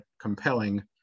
compelling